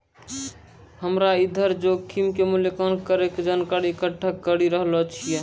हम्मेआधार जोखिम के मूल्यांकन करै के जानकारी इकट्ठा करी रहलो छिऐ